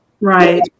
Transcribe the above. Right